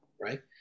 right